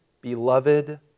beloved